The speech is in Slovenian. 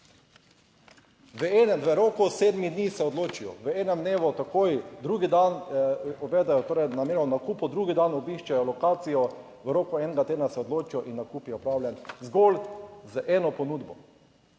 v roku sedmih dni se odločijo, v enem dnevu takoj, drugi dan uvedejo torej namero o nakupu, drugi dan obiščejo lokacijo, v roku enega tedna se odločijo in nakup je opravljen zgolj z eno ponudbo,